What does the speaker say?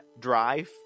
Drive